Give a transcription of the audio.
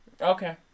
Okay